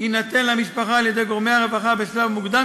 יינתנו למשפחה על-ידי גורמי הרווחה בשלב מוקדם